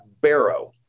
barrow